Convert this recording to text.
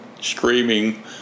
screaming